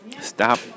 Stop